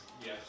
Yes